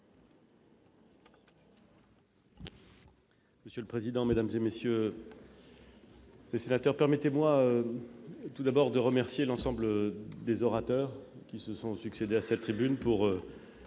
Monsieur le président, mesdames, messieurs les sénateurs, permettez-moi tout d'abord de remercier l'ensemble des orateurs qui se sont succédé à cette tribune pour